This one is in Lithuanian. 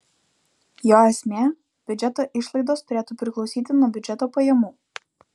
jo esmė biudžeto išlaidos turėtų priklausyti nuo biudžeto pajamų